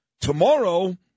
tomorrow